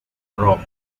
roma